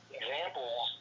examples